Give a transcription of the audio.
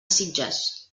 sitges